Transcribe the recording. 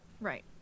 right